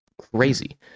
crazy